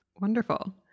Wonderful